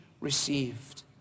received